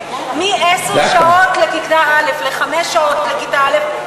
מעשר שעות לכיתה א' לחמש שעות לכיתה א',